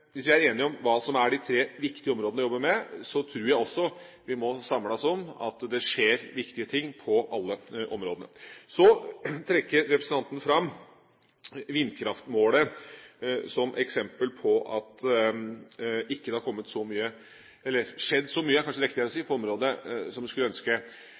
Hvis vi er enige om hva som er de tre viktige områdene å jobbe med, tror jeg også vi må samle oss om at det skjer viktige ting på alle områdene. Så trekker representanten fram vindkraftmålet som eksempel på at det ikke har skjedd så mye på området som en skulle ønske.